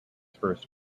first